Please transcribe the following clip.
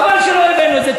חבל שלא הבאנו את זה.